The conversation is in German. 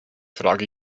frage